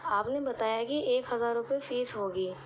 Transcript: آپ نے بتایا کہ ایک ہزار روپے فیس ہوگی